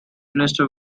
minister